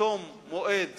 תום מועד